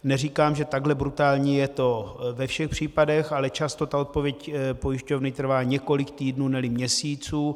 Neříkám, že takhle brutální je to ve všech případech, ale často ta odpověď pojišťovny trvá několik týdnů, neli měsíců.